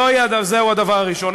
זהו הדבר הראשון.